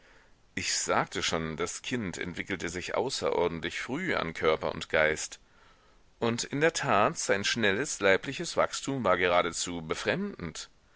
ich sagte schon das kind entwickelte sich außerordentlich früh an körper und geist und in der tat sein schnelles leibliches wachstum war geradezu befremdend